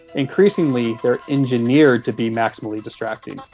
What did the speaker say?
increasingly they are engineered to be maximally distracting.